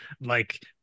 Like-